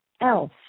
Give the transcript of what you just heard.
else